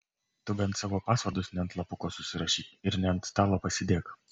tu bent savo pasvordus ne ant lapuko susirašyk ir ne ant stalo pasidėk